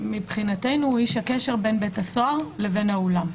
מבחינתנו הוא איש הקשר בין בית הסוהר לבין האולם.